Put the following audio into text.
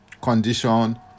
condition